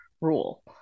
rule